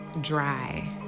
dry